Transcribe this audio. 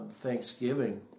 thanksgiving